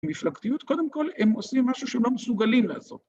מפלגתיות, קודם כל הם עושים משהו שהם לא מסוגלים לעשות.